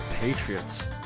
Patriots